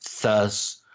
thus